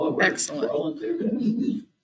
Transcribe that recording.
Excellent